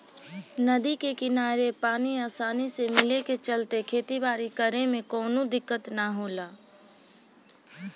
नदी के किनारे पानी आसानी से मिले के चलते खेती बारी करे में कवनो दिक्कत ना होला